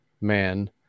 Man